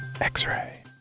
X-Ray